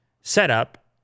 setup